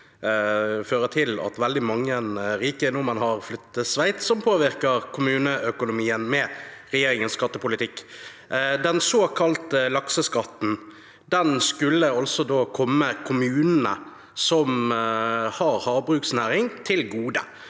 fører til at veldig mange rike nordmenn har flyttet til Sveits, som påvirker kommuneøkonomien med regjeringens skattepolitikk. Den såkalte lakseskatten skulle komme kommunene som har havbruksnæring, til gode.